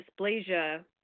Dysplasia